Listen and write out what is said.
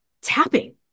tapping